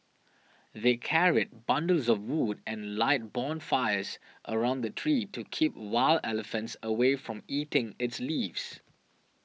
they carried bundles of wood and light bonfires around the tree to keep wild elephants away from eating its leaves